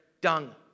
dung